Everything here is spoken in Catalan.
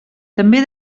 també